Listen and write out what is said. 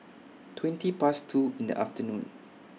twenty Past two in The afternoon